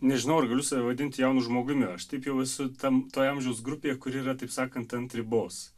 nežinau ar galiu save vadinti jaunu žmogumi aš taip jau esu tam toje amžiaus grupėje kuri yra taip sakant ant ribos